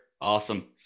awesome